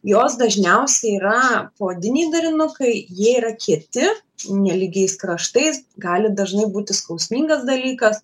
jos dažniausiai yra poodiniai darinukai jie yra kieti nelygiais kraštais gali dažnai būti skausmingas dalykas